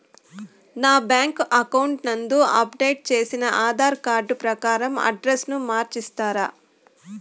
నా బ్యాంకు అకౌంట్ నందు అప్డేట్ చేసిన ఆధార్ కార్డు ప్రకారం అడ్రస్ ను మార్చిస్తారా?